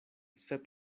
sed